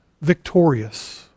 Victorious